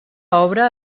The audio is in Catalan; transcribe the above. obra